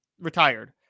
retired